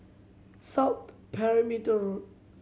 South Perimeter Road